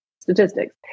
statistics